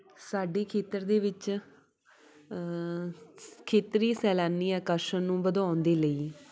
ਸਾਡੇ ਖੇਤਰ ਦੇ ਵਿੱਚ ਖੇਤਰੀ ਸੈਲਾਨੀ ਆਕਰਸ਼ਣ ਨੂੰ ਵਧਾਉਣ ਦੇ ਲਈ